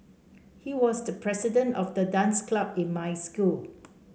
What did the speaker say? he was the president of the dance club in my school